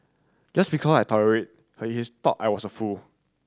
just because I tolerated her is talk I was a fool